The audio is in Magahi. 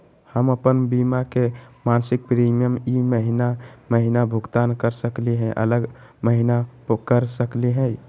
हम अप्पन बीमा के मासिक प्रीमियम ई महीना महिना भुगतान कर सकली हे, अगला महीना कर सकली हई?